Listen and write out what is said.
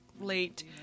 late